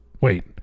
Wait